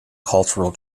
cultural